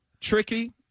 Tricky